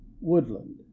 Woodland